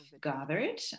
gathered